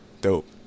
Dope